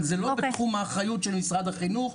אבל זה לא בתחום האחריות של משרד החינוך.